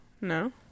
No